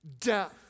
death